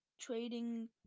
trading